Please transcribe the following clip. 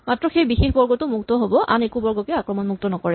মাত্ৰ সেই বিশেষ বৰ্গটো মুক্ত হ'ব আন একো বৰ্গকে আক্ৰমণমুক্ত নকৰে